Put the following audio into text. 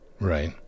right